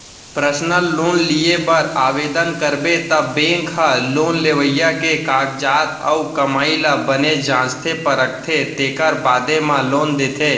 personal loan लिये बर ओवदन करबे त बेंक ह लोन लेवइया के कागजात अउ कमाई ल बने जांचथे परखथे तेकर बादे म लोन देथे